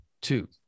two